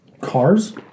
cars